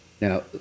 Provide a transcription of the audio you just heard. Now